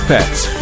Pets